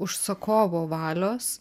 užsakovo valios